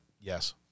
Yes